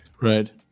right